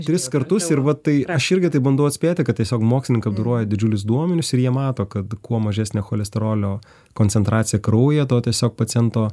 tris kartus ir va tai aš irgi taip bandau atspėti kad tiesiog mokslininkai apdoroja didžiulius duomenis ir jie mato kad kuo mažesnė cholesterolio koncentracija kraujo to tiesiog paciento